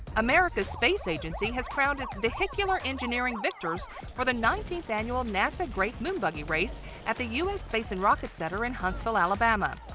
america's space agency has crowned its vehicular engineering victors for the nineteenth annual nasa great moonbuggy race at the u s. space and rocket center in huntsville, alabama.